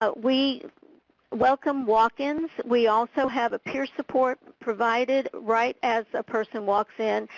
but we welcome walk ins, we also have a peer support provided right as a person walks in,